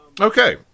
Okay